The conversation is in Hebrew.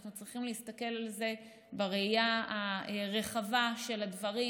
אנחנו צריכים להסתכל על זה בראייה הרחבה של הדברים,